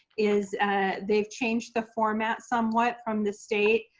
is ah they've changed the format somewhat from the state.